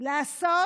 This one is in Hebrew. לעשות